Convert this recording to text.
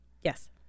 Yes